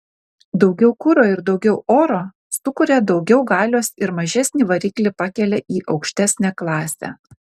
daugiau kuro ir daugiau oro sukuria daugiau galios ir mažesnį variklį pakelia į aukštesnę klasę